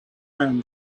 ran